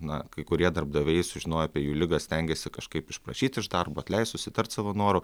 na kai kurie darbdaviai sužinoję apie jų ligą stengiasi kažkaip išprašyti iš darbo atleist susitart savo noru